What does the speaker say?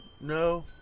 No